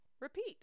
repeat